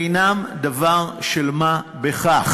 אינן דבר של מה בכך.